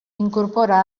incorpora